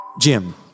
Jim